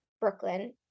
Brooklyn